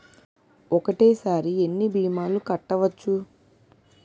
ఒక్కటేసరి ఎన్ని భీమాలు కట్టవచ్చు?